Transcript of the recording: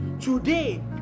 today